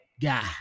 guy